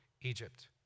Egypt